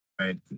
right